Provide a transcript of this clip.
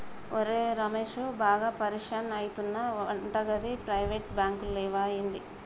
ఒరే రమేశూ, బాగా పరిషాన్ అయితున్నవటగదా, ప్రైవేటు బాంకులు లేవా ఏంది